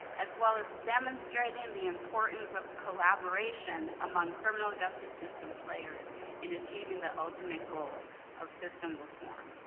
as well as demonstrating the importance of collaboration among criminal justice system players in achieving the ultimate goal of system reform.